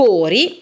Cori